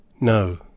No